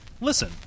Listen